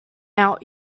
out